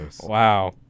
Wow